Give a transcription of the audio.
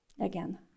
Again